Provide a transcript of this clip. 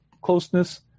closeness